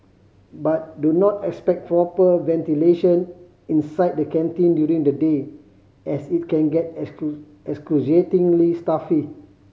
but do not expect proper ventilation inside the canteen during the day as it can get excruciatingly stuffy